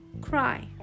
cry